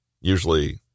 usually